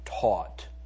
taught